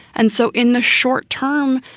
and so in the short term,